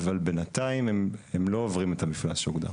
אבל בינתיים הם לא עוברים את המפלס שהוגדר.